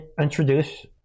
introduce